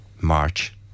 March